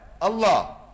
Allah